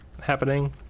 happening